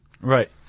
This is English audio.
Right